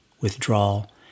withdrawal